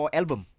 album